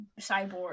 cyborg